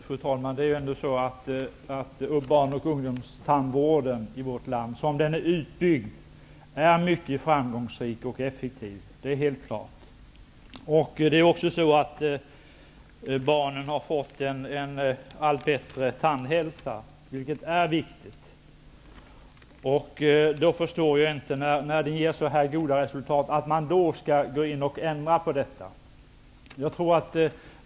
Fru talman! Det är ändå så att barn och ungdomstandvården i vårt land är mycket framgångsrik och effektiv. Det är helt klart. Barnen har fått en allt bättre tandhälsa, vilket är viktigt. Jag förstår inte varför man skall göra denna förändring när folktandvårdens arbete har gett så goda resultat.